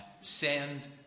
Send